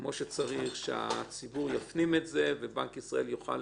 כמו שצריך, שהציבור יפנים את זה ובנק ישראל יוכל